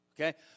Okay